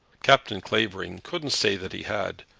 captain clavering couldn't say that he had,